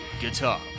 guitar